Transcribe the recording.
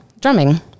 drumming